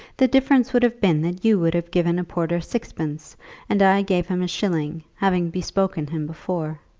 the difference would have been that you would have given a porter sixpence and i gave him a shilling, having bespoken him before.